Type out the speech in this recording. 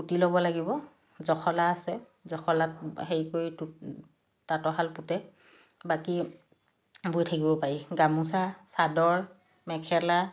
পুতি ল'ব লাগিব জখলা আছে জখলাত হেৰি কৰি তাঁতৰ শাল পুতে বাকী বৈ থাকিব পাৰি গামোচা চাদৰ মেখেলা